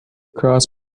cross